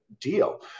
deal